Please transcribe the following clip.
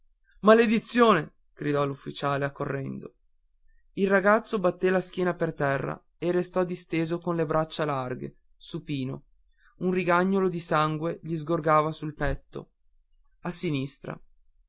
maledizione gridò l'ufficiale accorrendo il ragazzo batté la schiena per terra e restò disteso con le braccia larghe supino un rigagnolo di sangue gli sgorgava dal petto a sinistra